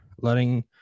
letting